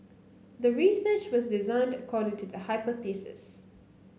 the research was designed according to the hypothesis